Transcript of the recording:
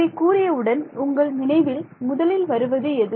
இதைக் கூறியவுடன் உங்கள் நினைவில் முதலில் வருவது எது